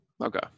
Okay